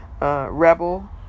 Rebel